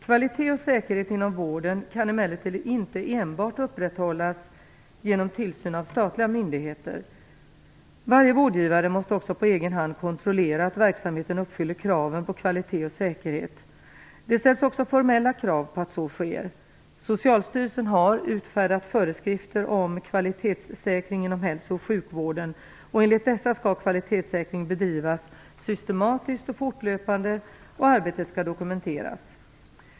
Kvalitet och säkerhet inom vården kan emellertid inte enbart upprätthållas genom tillsyn av statliga myndigheter. Varje vårdgivare måste också på egen hand kontrollera att verksamheten uppfyller kraven på kvalitet och säkerhet. Det ställs också formella krav på att så sker. Socialstyrelsen har utfärdat föreskrifter om kvalitetssäkring inom hälso och sjukvården. Enligt dessa skall kvalitetssäkring bedrivas systematiskt och fortlöpande, och arbetet skall dokumenteras.